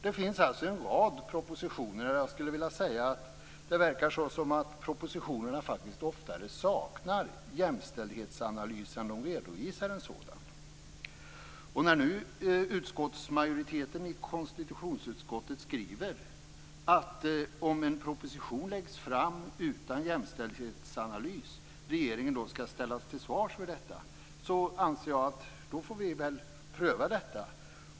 Det finns alltså en rad propositioner som faktiskt visar sig sakna en jämställdhetsanalys snarare än att de redovisar en sådan. En majoritet i konstitutionsutskottet säger ju i sin skrivning att regeringen, om en proposition läggs fram utan en jämställdhetsanalays, skall ställas till svars för detta. Således får vi väl pröva detta.